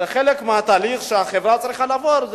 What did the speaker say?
כי חלק מהתהליך שהחברה צריכה לעבור זה